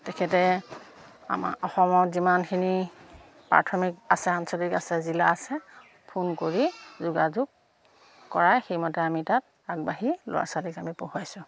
তেখেতে আমাৰ অসমত যিমানখিনি প্ৰাথমিক আছে আঞ্চলিক আছে জিলা আছে ফোন কৰি যোগাযোগ কৰায় সেইমতে আমি তাত আগবাঢ়ি ল'ৰা ছোৱালীক আমি পঢ়ুৱাইছোঁ